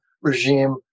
regime